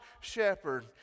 shepherd